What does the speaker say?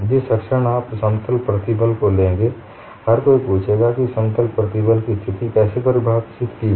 जिस क्षण आप समतल प्रतिबल को लेंगे हर कोई पूछेगा कि समतल प्रतिबल की स्थिति कैसे परिभाषित की है